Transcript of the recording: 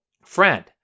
friend